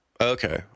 Okay